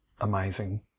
amazing